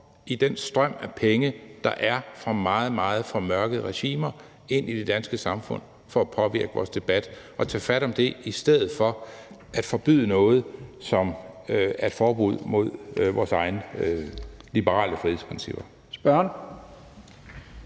i den strøm af penge, der er fra meget, meget formørkede regimer ind i det danske samfund for at påvirke vores debat, og så tage fat om det i stedet for at forbyde noget, som er et forbud mod vores egne liberale frihedsprincipper.